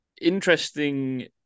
Interesting